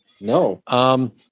No